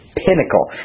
pinnacle